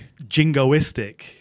jingoistic